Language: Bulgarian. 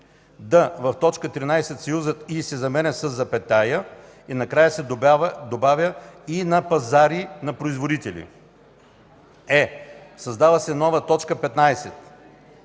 д) в т. 13 съюзът „и” се заменя със запетая и накрая се добавя „и на пазари на производители”; е) създава се нова т. 15: